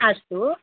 अस्तु